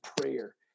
prayer